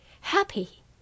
happy